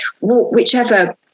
whichever